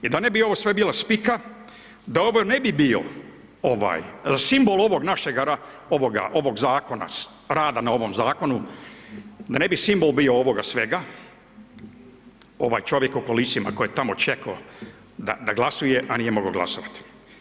I da ne bi sve ovo bila spika, da ovo ne bi bio ovaj simbol ovoga našeg ovog zakona, rada na ovom zakonu, da ne bi simbol bio ovoga svega, ovaj čovjek u kolicima koji je tamo čekao da glasuje, a nije mogao glasovati.